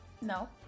No